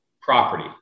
property